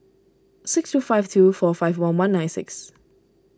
six two five two four five one one nine six